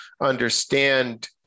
understand